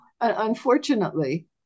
unfortunately